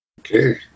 Okay